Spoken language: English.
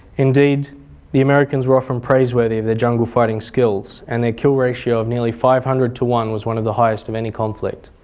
indeed the americans were often praiseworthy of their jungle fighting skills and their kill ratio of nearly five hundred one was one of the highest of any conflict.